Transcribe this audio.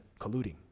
colluding